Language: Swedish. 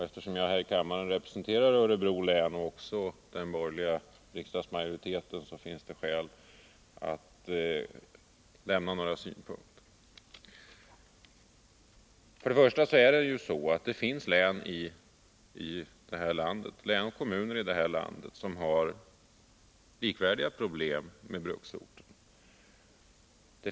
Eftersom jag här i riksdagen och i den borgerliga riksdagsmajoriteten representerar Örebro län tycker jag att det finns skäl för mig att lämna några synpunkter. Det finns län och kommuner som har liknande problem som bruksorterna.